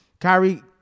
Kyrie